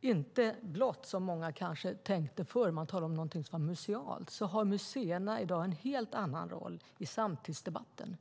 inte blott är det som många kanske tänkte förr när man talade om någonting som var musealt. Museerna har i dag en helt annan roll i samtidsdebatten.